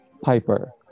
Piper